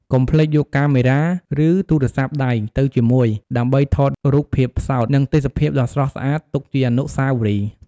កុំភ្លេចយកកាមេរ៉ា ឬទូរស័ព្ទដៃទៅជាមួយដើម្បីថតរូបភាពផ្សោត និងទេសភាពដ៏ស្រស់ស្អាតទុកជាអនុស្សាវរីយ៍ ។